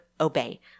obey